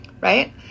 Right